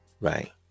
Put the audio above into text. right